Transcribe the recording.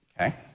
okay